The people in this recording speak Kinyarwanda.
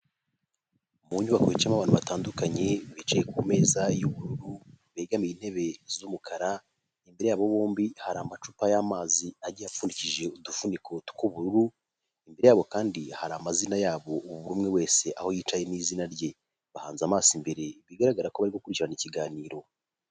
Mu nyubako yicayemo abantu batandukanye, bicaye ku meza y'ubururu begamiye intebe z'umukara imbere yabo bombi, hari amacupa y'amazi agiye apfudikishije udufuniko tw'ubururu, imbere yabo kandi har’amazina yabo buri umwe wese aho yicaye n'izina rye, bahanze amaso imbere bigaragara ko bari gukurikirana ikiganiro.